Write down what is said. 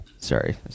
Sorry